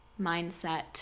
mindset